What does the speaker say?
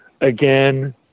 again